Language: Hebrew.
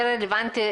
הבנתי,